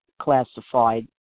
classified